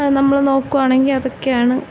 നമ്മള് നോക്കുകയാണെങ്കിൽ അതൊക്കെയാണ്